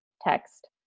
text